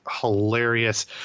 hilarious